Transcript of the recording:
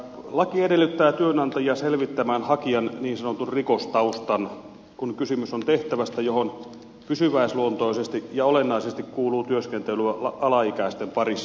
laki edellyttää työnantajia selvittämään hakijan niin sanotun rikostaustan kun kysymys on tehtävästä johon pysyväisluontoisesti ja olennaisesti kuuluu työskentelyä alaikäisten parissa